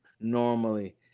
Normally